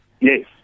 Yes